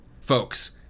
Folks